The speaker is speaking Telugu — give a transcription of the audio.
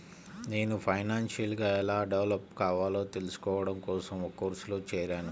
నేను ఫైనాన్షియల్ గా ఎలా డెవలప్ కావాలో తెల్సుకోడం కోసం ఒక కోర్సులో జేరాను